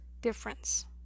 difference